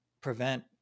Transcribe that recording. prevent